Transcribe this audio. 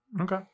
okay